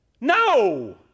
no